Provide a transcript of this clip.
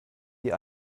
die